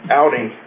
outing